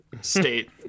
state